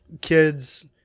kids